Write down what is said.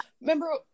remember